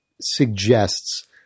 suggests